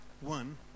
One